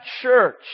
church